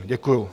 Děkuju.